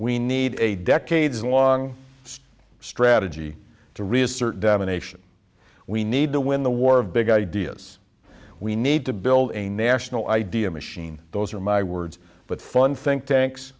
we need a decade's long strategy to reassert domination we need to win the war of big ideas we need to build a national idea machine those are my words but fun think tanks